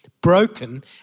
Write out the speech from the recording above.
broken